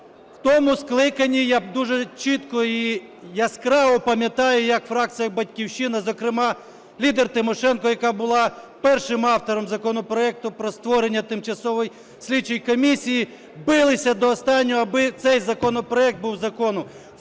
В тому скликанні, я дуже чітко і яскраво пам'ятаю, як фракція "Батьківщина", зокрема лідер Тимошенко, яка була першим автором законопроекту про створення тимчасової слідчої комісії, билися до останнього, аби цей законопроект був законом,